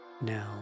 Now